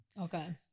Okay